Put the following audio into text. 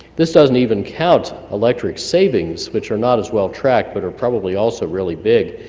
this doesn't even count electric savings, which are not as well tracked, but are probably also really big,